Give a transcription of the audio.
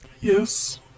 Yes